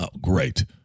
great